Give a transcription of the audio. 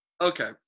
Okay